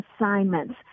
assignments